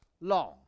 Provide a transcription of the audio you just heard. long